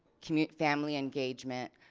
community family engagement.